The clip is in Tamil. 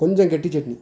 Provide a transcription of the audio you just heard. கொஞ்சம் கெட்டிச் சட்னி